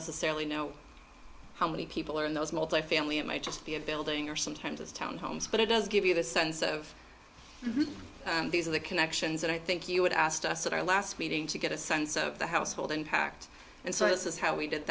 necessarily know how many people are in those multifamily it might just be a building or sometimes it's town homes but it does give you the sense of these are the connections that i think you would asked us at our last meeting to get a sense of the household impact and so this is how we did